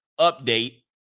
update